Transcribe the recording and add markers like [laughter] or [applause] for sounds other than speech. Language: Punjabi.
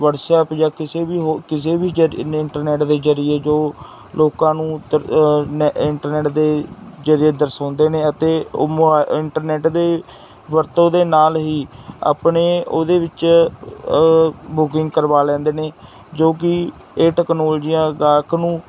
ਵਟਸਐਪ ਜਾਂ ਕਿਸੇ ਵੀ ਹੋਰ ਕਿਸੇ ਵੀ ਜ਼ਰੀਏ ਇੰਟਰਨੈਟ ਦੇ ਜ਼ਰੀਏ ਜੋ ਲੋਕਾਂ ਨੂੰ [unintelligible] ਇੰਟਰਨੈਟ ਦੇ ਜਿਹੜੇ ਦਰਸਾਉਂਦੇ ਨੇ ਅਤੇ ਉਹ ਮੋ ਇੰਟਰਨੈਟ ਦੀ ਵਰਤੋਂ ਦੇ ਨਾਲ ਹੀ ਆਪਣੇ ਉਹਦੇ ਵਿੱਚ ਬੁਕਿੰਗ ਕਰਵਾ ਲੈਂਦੇ ਨੇ ਜੋ ਕਿ ਇਹ ਟੈਕਨੋਲਜੀਆਂ ਗਾਹਕ ਨੂੰ